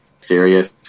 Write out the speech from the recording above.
serious